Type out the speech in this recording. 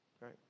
right